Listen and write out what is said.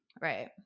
Right